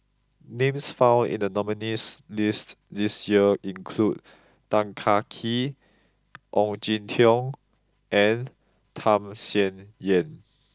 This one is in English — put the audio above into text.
names found in the Nominees' list this year include Tan Kah Kee Ong Jin Teong and Tham Sien Yen